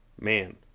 Man